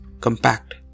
compact